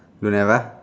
don't have ah